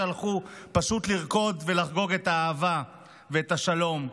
הלכו פשוט לרקוד ולחגוג את האהבה ואת השלום.